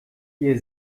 ihr